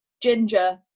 ginger